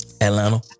Atlanta